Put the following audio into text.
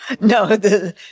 No